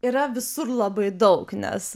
yra visur labai daug nes